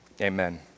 Amen